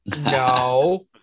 No